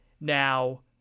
Now